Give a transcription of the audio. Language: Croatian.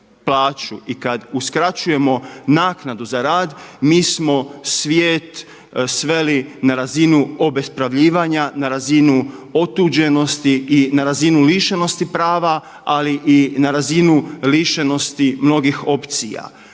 i kada uskraćujemo naknadu za rad, mi smo svijet sveli na razinu sveli obespravljivanja, na razinu otuđenosti i na razinu lišenosti prava, ali i na razinu lišenosti mnogih opcija.